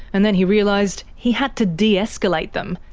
and then he realised he had to de-escalate them,